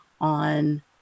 on